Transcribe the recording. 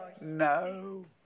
no